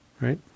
Right